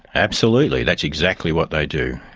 absolutely. that's exactly what they do.